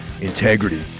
integrity